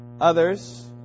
Others